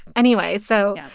anyway, so. yeah.